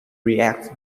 reacts